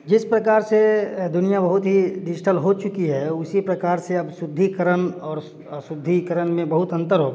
जिस प्रकार से दुनिया बहुत ही डिजिटल हो चुकी है उसी प्रकार से अब शुद्धिकरण और स अशुद्धिकरण में बहुत अंतर हो गया है